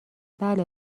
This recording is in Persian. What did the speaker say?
بله